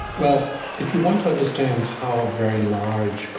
well, if you want to understand how a very large,